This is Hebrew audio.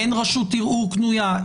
אין רשות ערעור קנויה,